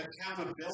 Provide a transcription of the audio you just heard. accountability